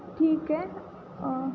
ठीक आहे